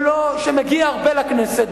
שמגיע הרבה לכנסת,